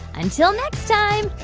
until next time,